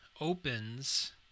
opens